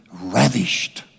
ravished